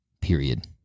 period